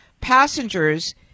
passengers